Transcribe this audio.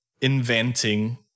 inventing